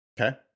Okay